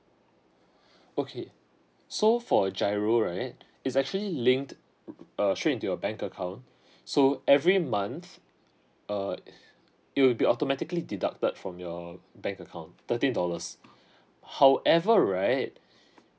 okay so for giro right is actually linked uh show into your bank account so every month uh it will be automatically deducted from your bank account thirty dollars however right